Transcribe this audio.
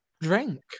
Drink